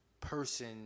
person